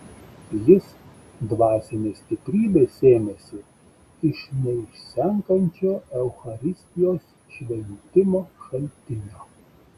jis dvasinės stiprybės sėmėsi iš neišsenkančio eucharistijos šventimo šaltinio